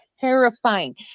terrifying